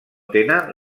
tenen